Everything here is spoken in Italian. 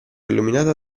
illuminata